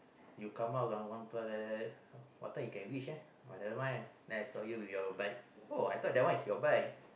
you come out uh one plus like that what time you can reach eh but never mind then I saw you with your bike oh I thought that one is your bike